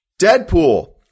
Deadpool